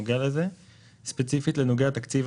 30% מכל תקציב